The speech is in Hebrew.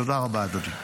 תודה רבה, אדוני.